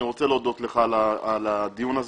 אני רוצה להודות לך על הדיון הזה.